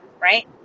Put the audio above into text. Right